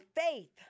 faith